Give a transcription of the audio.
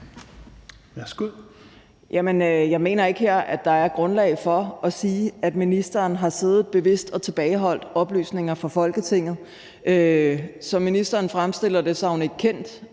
Jeg mener ikke, at der her er grundlag for at sige, at ministeren har siddet bevidst og tilbageholdt oplysninger fra Folketinget. Som ministeren fremstiller det, har hun ikke kendt